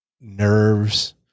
nerves